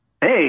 Hey